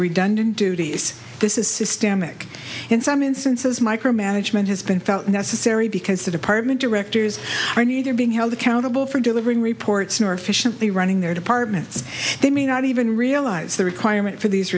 redundant duties this is systemic in some instances micromanagement has been felt necessary because the department directors are neither being held accountable for delivering reports nor officially running their departments they may not even realize the requirement for these